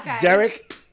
Derek